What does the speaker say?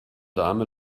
dame